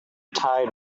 tide